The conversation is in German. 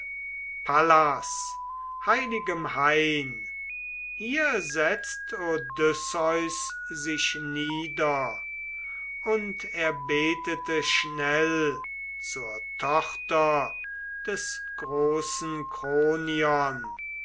pallas heiligem hain hier setzt odysseus sich nieder und er betete schnell zur tochter des großen kronion